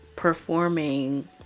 Performing